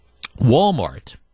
Walmart